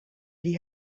die